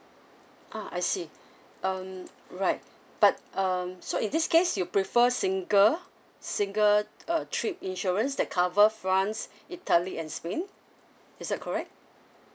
ah I see um right but um so in this case you prefer single single uh trip insurance that covered france italy and spain is that correct